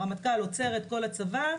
הרמטכ"ל עוצר את כל הצבא,